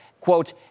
quote